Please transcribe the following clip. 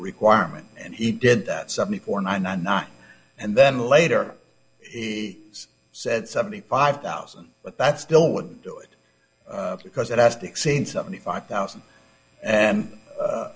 requirement and he did that seventy four ninety nine not and then later he said seventy five thousand but that's still wouldn't do it because it has to exceed seventy five thousand and